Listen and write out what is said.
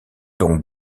donc